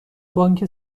بانک